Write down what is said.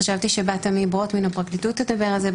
חשבתי בת-עמי ברוט מן הפרקליטות תדבר על זה,